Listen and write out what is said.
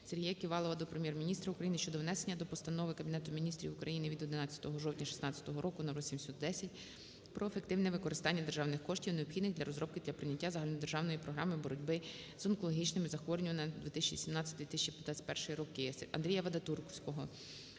Сергія Ківалова до Прем'єр-міністра України щодо внесення змін до Постанови Кабінету Міністрів України від 11 жовтня 2016 року № 710 "Про ефективне використання державних коштів", необхідних для розробки та прийняття Загальнодержавної програми боротьби з онкологічними захворюваннями на 2017-2021 роки. АндріяВадатурського